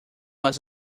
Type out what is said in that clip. was